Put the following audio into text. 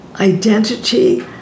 identity